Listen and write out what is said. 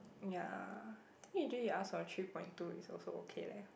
ya think usually ask for three point two also okay leh